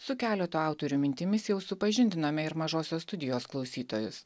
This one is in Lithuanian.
su keletu autorių mintimis jau supažindinome ir mažosios studijos klausytojus